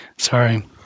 Sorry